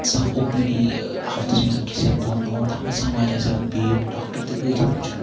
آسان O P D ہَفتَس مَنٛز أکِس یا دۄن دۄہَن تَتھ مَنٛز چھِ آسان واریاہ زیادٕ بھیٖڈ ڈآکٹر تہِ کۭتہَن وٕچھَن